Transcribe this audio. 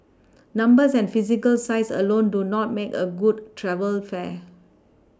numbers and physical size alone do not make a good travel fair